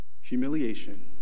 humiliation